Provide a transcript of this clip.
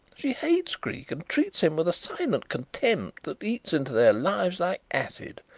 she hates creake and treats him with a silent contempt that eats into their lives like acid,